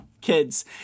kids